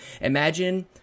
Imagine